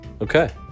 Okay